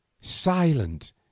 silent